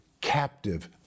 captive